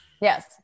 Yes